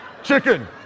Chicken